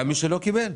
גם מי שלא קיבל.